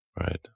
right